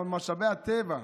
על משאבי הטבע,